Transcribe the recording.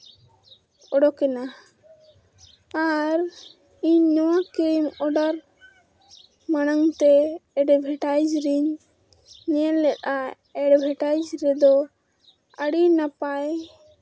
ᱚᱰᱳᱠ ᱮᱱᱟ ᱟᱨ ᱤᱧ ᱱᱚᱣᱟ ᱠᱨᱤᱢ ᱚᱰᱟᱨ ᱢᱟᱲᱟᱝᱛᱮ ᱮᱰᱵᱷᱮᱴᱟᱭᱤᱡᱽ ᱨᱮᱧ ᱧᱮᱞ ᱞᱮᱫᱼᱟ ᱮᱰᱵᱷᱮᱴᱟᱭᱤᱡᱽ ᱨᱮᱫᱚ ᱟᱹᱰᱤ ᱱᱟᱯᱟᱭ